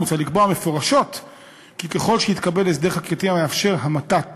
מוצע לקבוע מפורשות כי ככל שיתקבל הסדר חקיקתי המאפשר המתת